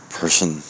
person